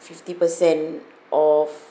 fifty percent of